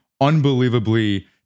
unbelievably